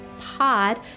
Pod